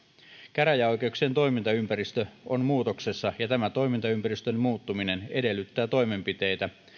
käräjäoikeuksien toimintaympäristö on muutoksessa ja tämä toimintaympäristön muuttuminen edellyttää toimenpiteitä